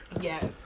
Yes